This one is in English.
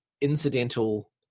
incidental